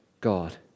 God